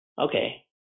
Okay